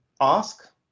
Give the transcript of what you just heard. ask